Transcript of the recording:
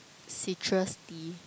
citrus tea